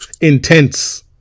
intense